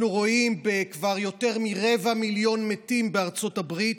רואים עם כבר יותר מרבע מיליון מתים בארצות הברית.